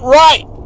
right